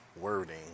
wording